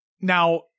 Now